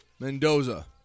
Mendoza